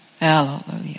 Hallelujah